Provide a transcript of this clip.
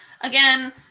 again